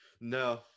No